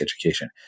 education